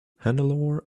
hannelore